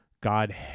God